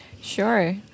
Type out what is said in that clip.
Sure